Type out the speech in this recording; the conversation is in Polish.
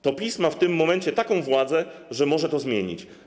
To PiS ma w tym momencie taką władzę, że może to zmienić.